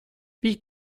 wie